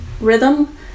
rhythm